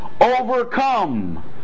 overcome